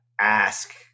ask